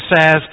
says